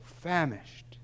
famished